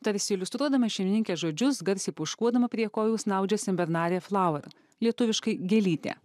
tarsi iliustruodama šeimininkės žodžius garsiai puškuodama prie kojų snaudžia senbernarė flauer lietuviškai gėlytė